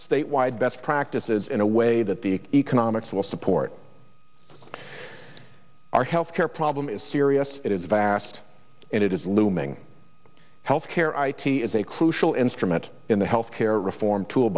statewide best practices in a way that the economics will support our health care problem is serious it is vast and it is looming health care i t is a crucial instrument in the health care reform to